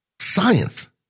science